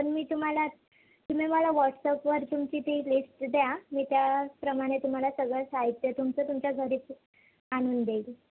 पण मी तुम्हाला तुम्ही मला वॉट्सअपवर तुमची ती लिस्ट द्या मी त्याप्रमाणे तुम्हाला सगळं साहित्य तुमचं तुमच्या घरीच आणून देईल